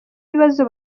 ibibazo